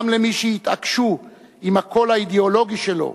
גם למי שהתעקשו עם הקול האידיאולוגי שלו,